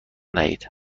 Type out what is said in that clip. دهید